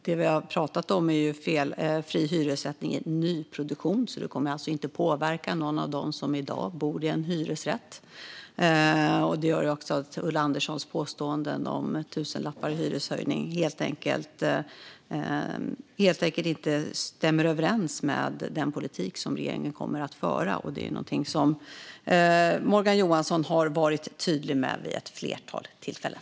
Det vi har pratat om är fri hyressättning i nyproduktion. Det kommer alltså inte att påverka någon av dem som i dag bor i en hyresrätt. Det gör också att Ulla Anderssons påståenden om tusenlappar i hyreshöjning helt enkelt inte stämmer överens med regeringens politik. Det är också någonting som Morgan Johansson har varit tydlig med vid ett flertal tillfällen.